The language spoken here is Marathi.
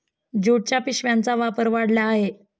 ज्यूटच्या पिशव्यांचा वापर वाढला आहे